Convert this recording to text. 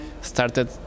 started